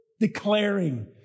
declaring